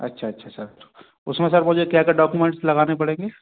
अच्छा अच्छा सर उसमें सर मुझे क्या क्या डाक्यूमेंट्स लगाने पड़ेंगे